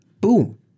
Boom